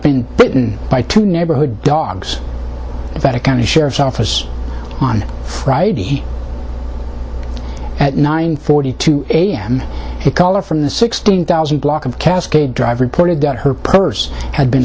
been bitten by two neighborhood dogs that a county sheriff's office on friday at nine forty two a m a caller from the sixteen thousand block of cascade drive reported that her purse had been